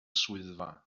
swyddfa